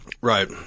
Right